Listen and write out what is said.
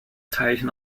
teilchen